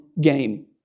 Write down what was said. game